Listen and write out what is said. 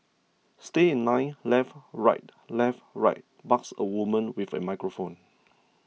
stay in line left right left right barks a woman with a microphone